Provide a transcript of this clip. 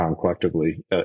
collectively